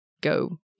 go